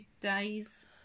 days